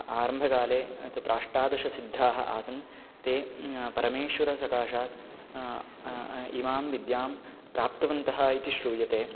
आरम्भकाले तत्र अष्टादशसिद्धाः आसन् ते परमेश्वरसकाशात् इमां विद्यां प्राप्तवन्तः इति श्रूयते